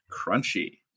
Crunchy